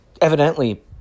evidently